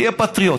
תהיה פטריוט,